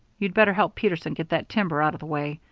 you'd better help peterson get that timber out of the way.